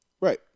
Right